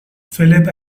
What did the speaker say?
philip